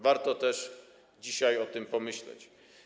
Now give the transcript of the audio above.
Warto też dzisiaj o tym pomyśleć.